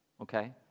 Okay